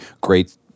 great